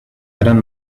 gran